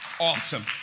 awesome